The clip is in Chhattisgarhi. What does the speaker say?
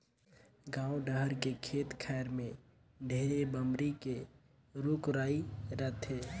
गाँव डहर के खेत खायर में ढेरे बमरी के रूख राई रथे